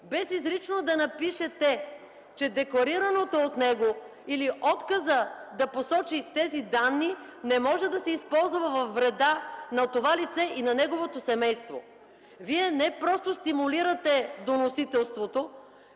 без изрично да запишете, че декларираното от него или отказът да посочи тези данни не може да се използва във вреда на това лице и на неговото семейство. Вие не просто стимулиране доносителството